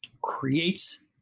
creates